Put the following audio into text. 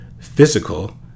physical